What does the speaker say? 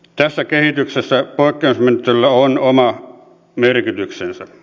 tässä kehityksessä poikkeusmenettelyillä on oma merkityksensä